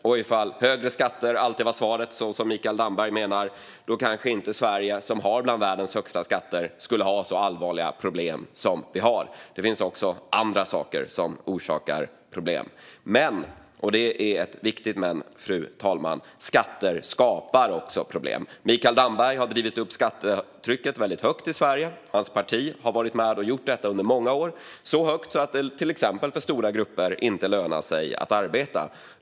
Om högre skatter alltid är svaret, som Mikael Damberg menar, borde Sverige som har så höga skatter väl inte ha så allvarliga problem. Det finns andra saker som orsakar problem, men, och det är ett viktigt men, skatter skapar också problem. Mikael Damberg och Socialdemokraterna har drivit upp skattetrycket i Sverige under många år, vilket till exempel gör att det för stora grupper inte lönar sig att arbeta.